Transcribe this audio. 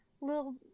little